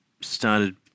started